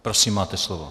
Prosím, máte slovo.